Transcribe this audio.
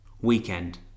Weekend